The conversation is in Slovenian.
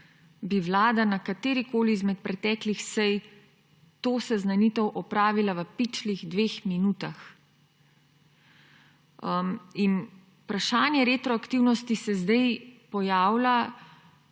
bi Vlada na katerikoli izmed preteklih sej to seznanitev opravila v pičlih dveh minutah. Vprašanje retroaktivnosti se pojavlja